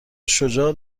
شجاع